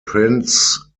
prince